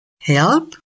help